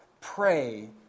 pray